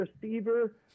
receiver